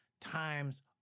times